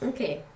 Okay